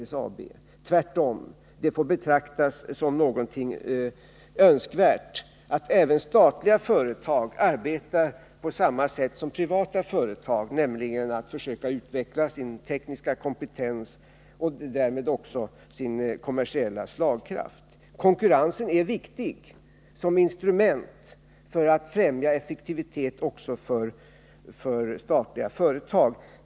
Det får tvärtom betraktas som önksvärt att även statliga företag arbetar på samma sätt som privata företag, nämligen så att man försöker utveckla sin tekniska kompetens och därmed också sin kommersiella slagkraft. Konkurrenskraften är viktig som instrument för att främja effektivitet också i statliga företag.